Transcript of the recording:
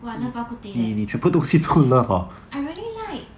!wah! I love bak kut teh leh I really like